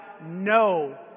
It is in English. no